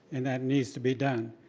and that needs to be done.